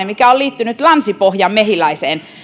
mikä on liittynyt länsi pohjan mehiläiseen